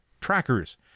trackers